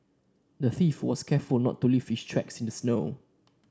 the thief was careful to not leave his tracks in the snow